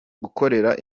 gukorera